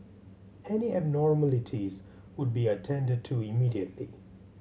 any abnormalities would be attended to immediately